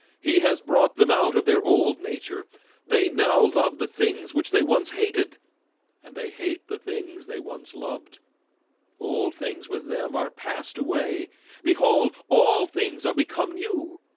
he has brought them out of their old nature they now love the things which they once hated and they hate the things they once loved all things with them are passed away behold. all things are become new